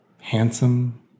handsome